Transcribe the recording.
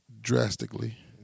drastically